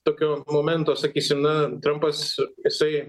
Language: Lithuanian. tokio momento sakysim na trampas jisai